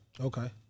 Okay